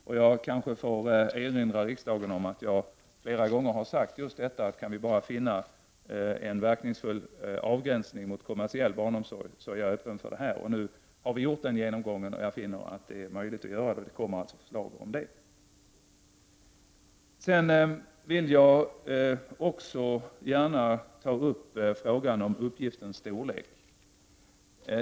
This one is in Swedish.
Jag får kanske erinra riksdagen om att jag flera gånger har sagt att kan vi bara finna en verkningsfull avgränsning mot kommersiell barnomsorg, så är jag öppen för det. Nu har vi gjort en genomgång, och jag finner att detta är möjligt — och det kommer alltså ett förslag om det. Jag vill också gärna ta upp frågan om uppgiftens storlek.